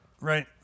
Right